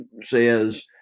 says